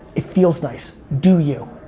it feels nice. do you.